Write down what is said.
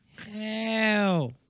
hell